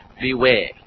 beware